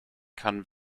kann